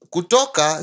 Kutoka